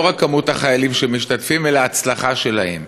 רק מספר החיילים שמשתתפים אלא ההצלחה שלהם.